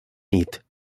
nit